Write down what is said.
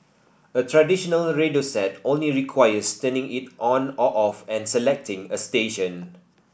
a traditional radio set only requires turning it on or off and selecting a station